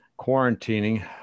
quarantining